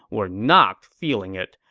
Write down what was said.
were not feeling it.